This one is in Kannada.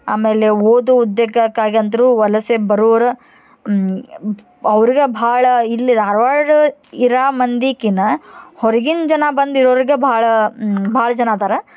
ಆಮೇಲೆ ಓದೋ ಹುದ್ದೆಗಾಗಿ ಅದರು ವಲಸೆ ಬರೋರ ಅವ್ರ್ಗೆ ಭಾಳ ಇಲ್ಲಿ ಧಾರ್ವಾಡ ಇರ ಮಂದಿಕಿನ ಹೊರ್ಗಿನ ಜನ ಬಂದು ಇರೋರ್ಗೆ ಭಾಳ ಭಾಳ ಜನ ಅದಾರ